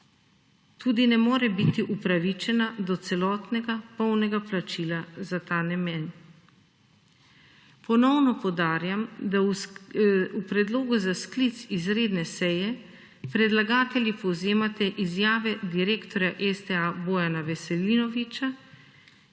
tudi ne more biti upravičena do celotnega polnega plačila za ta namen. Ponovno poudarjam, da v predlogu za sklic izredne seje predlagatelji povzemate izjave direktorja STA Bojana Veselinoviča,